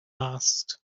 asked